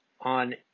on